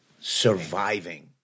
surviving